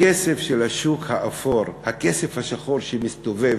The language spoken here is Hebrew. הכסף של השוק האפור, הכסף השחור שמסתובב,